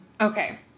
Okay